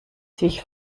sich